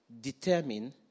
determine